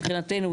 מבחינתנו,